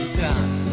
done